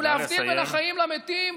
ולהבדיל בין החיים למתים,